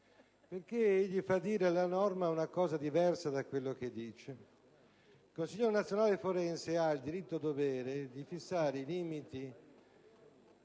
perché egli fa dire alla norma una cosa diversa da quella che effettivamente dispone. Il Consiglio nazionale forense ha il diritto-dovere di fissare i limiti